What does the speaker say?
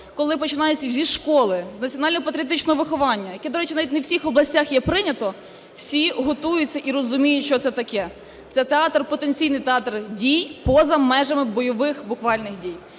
коли починається зі школи з національно-патріотичного виховання, яке, до речі, навіть у всіх областях є прийнято, всі готуються і розуміють що це таке. Це театр, потенційний театр дій поза межами бойових буквальних дій.